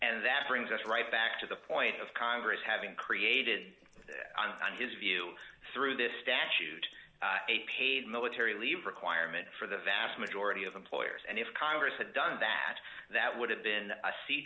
and that brings us right back to the point of congress having created on his view through this statute a paid military leave requirement for the vast majority of employers and if congress had done that that would have been a sea